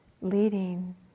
leading